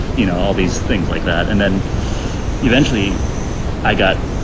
you know, all these things like that. and then eventually i got